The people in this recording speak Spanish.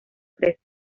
presa